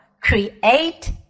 create